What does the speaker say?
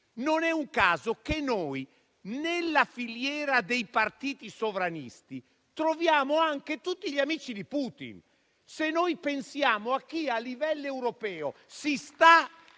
Draghi - che noi, nella filiera dei partiti sovranisti, troviamo anche tutti gli amici di Putin. Se pensiamo a chi, a livello europeo, sta